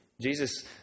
Jesus